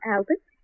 Albert